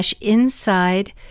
inside